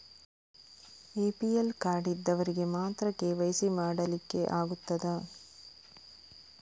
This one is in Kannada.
ಎ.ಪಿ.ಎಲ್ ಕಾರ್ಡ್ ಇದ್ದವರಿಗೆ ಮಾತ್ರ ಕೆ.ವೈ.ಸಿ ಮಾಡಲಿಕ್ಕೆ ಆಗುತ್ತದಾ?